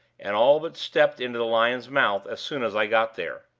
and all but stepped into the lion's mouth as soon as i got there.